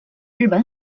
日本